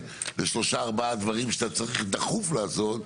לשלושה-ארבעה דברים שאתה צריך דחוף לעשות,